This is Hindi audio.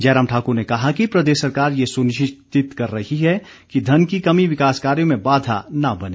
जयराम ठाकुर ने कहा कि प्रदेश सरकार ये सुनिश्चित कर रही है कि धन की कमी विकास कार्यो में बाधा न बने